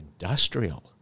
industrial